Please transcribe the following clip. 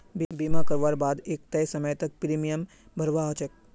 बीमा करवार बा द एक तय समय तक प्रीमियम भरवा ह छेक